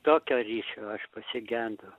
tokio ryšio aš pasigendu